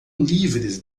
livres